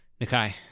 Nikai